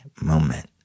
moment